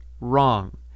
Wrong